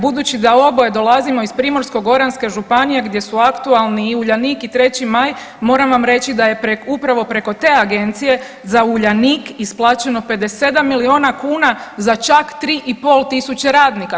Budući da oboje dolazimo iz Primorsko-goranske županije gdje su aktualni i Uljanik i 3. Maj moram vam reći da je upravo preko te agencije za Uljanik isplaćeno 57 milijuna kuna za čak 3.500 radnika.